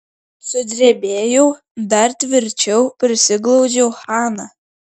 sudrebėjau dar tvirčiau prisiglaudžiau haną